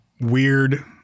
weird